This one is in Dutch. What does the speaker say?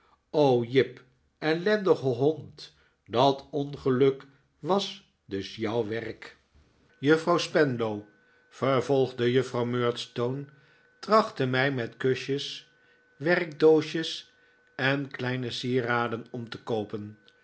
o jip ellendige hond dat ongeluk was dus jouw werkl david copperfield juffrouw spenlow vervolgde juffrouw murdstone trachtte mij met kusjes werkdoosjes en kleine sieraden om te koopen